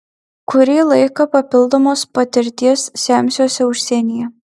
kurį laiką papildomos patirties semsiuosi užsienyje